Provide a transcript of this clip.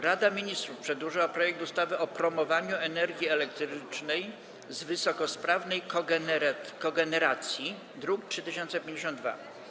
Rada Ministrów przedłożyła projekt ustawy o promowaniu energii elektrycznej z wysokosprawnej kogeneracji, druk nr 3052.